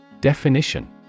Definition